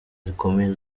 zikomeye